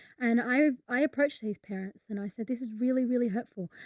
and i, um i approached his parents and i said, this is really, really hurtful.